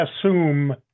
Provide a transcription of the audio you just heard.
assume